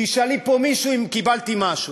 תשאלי פה מישהו אם קיבלתי משהו.